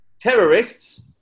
Terrorists